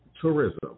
tourism